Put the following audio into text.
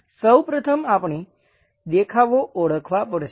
સૌ પ્રથમ આપણે દેખાવો ઓળખવા પડશે